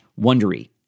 Wondery